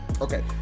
Okay